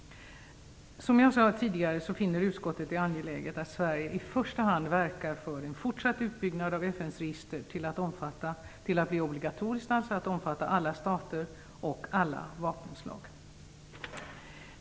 Som jag sade tidigare finner utskottet det angeläget att Sverige i första hand verkar för en fortsatt utbyggnad av FN:s register till att bli obligatoriskt och omfatta alla stater och alla vapenslag.